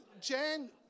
Jan